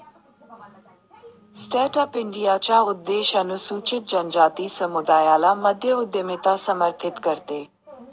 stand up इंडियाचा उद्देश अनुसूचित जनजाति समुदायाला मध्य उद्यमिता समर्थित करते